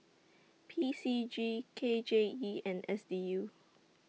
P C G K J E and S D U